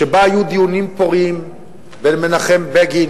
שבה היו דיונים פוריים בין מנחם בגין